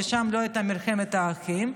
כי שם לא הייתה מלחמת אחים.